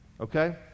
okay